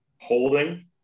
holding